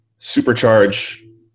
supercharge